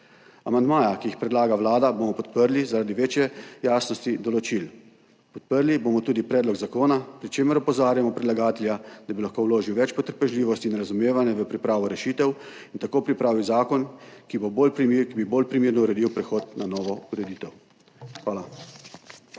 Amandmaja, ki jih predlaga Vlada bomo podprli, zaradi večje jasnosti določil. Podprli bomo tudi predlog zakona, pri čemer opozarjamo predlagatelja, da bi lahko vložil več potrpežljivosti in razumevanja v pripravo rešitev in tako pripravil zakon, ki bo bolj primerno uredil prehod na novo ureditev. Hvala.